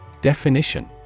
Definition